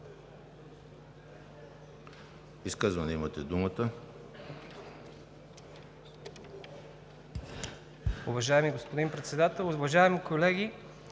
изказване имате думата.